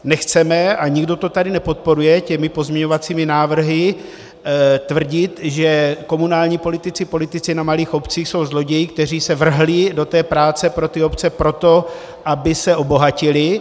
Nechceme, a nikdo to tady nepodporuje těmi pozměňovacími návrhy, tvrdit, že komunální politici, politici na malých obcích jsou zloději, kteří se vrhli do té práce pro ty obce proto, aby se obohatili.